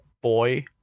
boy